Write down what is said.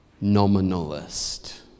nominalist